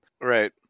right